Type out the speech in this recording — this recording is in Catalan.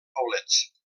poblets